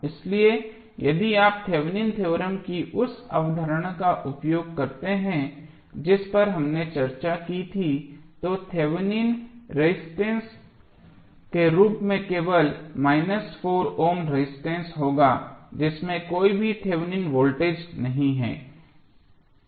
इसलिए यदि आप थेवेनिन थ्योरम की उस अवधारणा का उपयोग करते हैं जिस पर हमने चर्चा की थी तो थेवेनिन रेजिस्टेंस के रूप में केवल 4 ओम रेजिस्टेंस होगा जिसमें कोई भी थेवेनिन वोल्टेज नहीं है